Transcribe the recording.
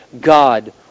God